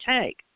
take